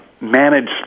manage